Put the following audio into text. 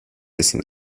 bisschen